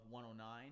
109